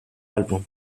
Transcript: álbum